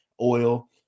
oil